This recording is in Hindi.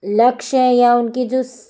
लक्ष्य है या उनकी जो